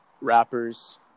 rappers